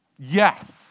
Yes